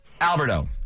Alberto